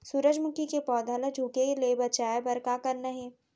सूरजमुखी के पौधा ला झुके ले बचाए बर का करना हे?